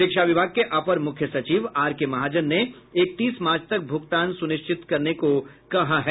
शिक्षा विभाग के अपर मुख्य सचिव आर के महाजन ने इकतीस मार्च तक भुगतान सुनिश्चित करने को कहा है